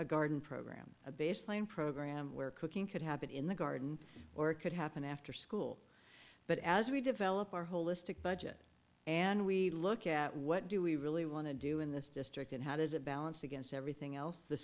a garden program a baseline program where cooking could happen in the garden or it could happen after school but as we develop our holistic budget and we look at what do we really want to do in this district and how does a balance against everything else the